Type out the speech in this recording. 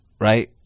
Right